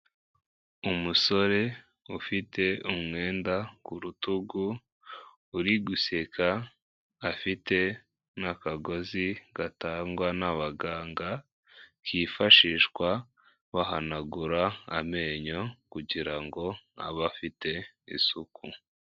Umusore ufite umwenda ku rutugu uri guseka afite n'akagozi gatangwa n'abaganga kifashishwa bahanagura amenyo kugira ngo abafite isuku.